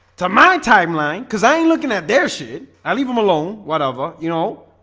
to my timeline cuz i ain't looking at their shit. i leave them alone whatever, you know,